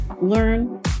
learn